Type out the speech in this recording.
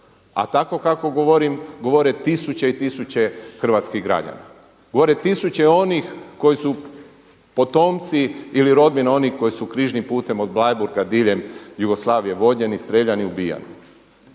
A tako kako govorim, govore tisuće i tisuće hrvatskih građana, govore tisuće onih koji su potomci ili rodbina onih koji su Križnim putem od Bleiburga diljem Jugoslavije vođeni, streljani, ubijani.